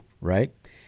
right